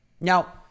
Now